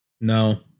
No